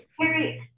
Harry